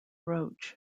roach